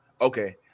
okay